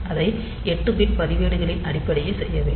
அதை 8 பிட் பதிவேடுகளின் அடிப்படையில் செய்ய வேண்டும்